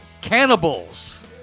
Cannibals